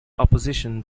opposition